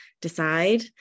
decide